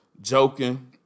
joking